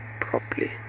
properly